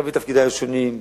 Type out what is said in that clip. גם מתפקידי השונים,